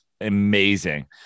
amazing